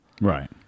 Right